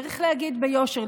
צריך להגיד ביושר,